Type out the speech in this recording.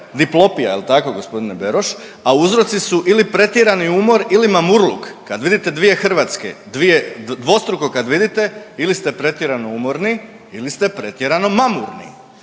diplopia, jel tako gospodin Beroš, a uzorci su ili pretjerani umor ili mamurluk, kad vidite dvije Hrvatske, dvije, dvostruko kad vidite ili ste pretjerano umorni ili ste pretjerano mamurni.